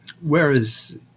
whereas